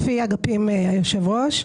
לפי אגפים, אדוני היושב-ראש.